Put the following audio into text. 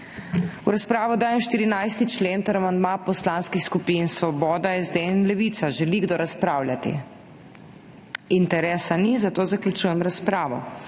V razpravo dajem 14. člen ter amandma poslanskih skupin Svoboda, SD in Levica. Želi kdo razpravljati? Interesa ni, zato zaključujem razpravo.